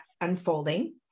unfolding